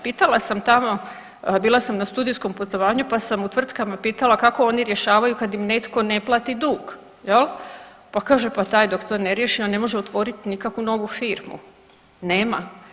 Pitala sam tamo, bila sam na studijskom putovanju pa sam u tvrtkama pitala kako oni rješavaju kad im netko ne plati dug jel, pa kaže pa taj dok to ne riješi on ne može otvoriti nikakvu novu firmu, nema.